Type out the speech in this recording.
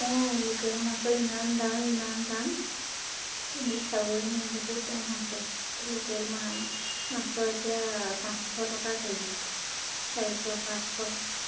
অঁ লোকেল মাছৰ ইমান দাম ইমান দাম কিনি খাবই নোৱাৰি বহুত দাম হৈছে লোকেল মাছ মাছৰ এতিয়া পাঁচশ টকা কেজি চাৰিশ পাঁচশ